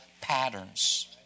patterns